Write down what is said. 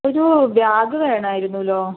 ഒരു ബാഗ് വേണമായിരുന്നല്ലോ